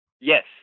Yes